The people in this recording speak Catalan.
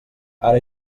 ara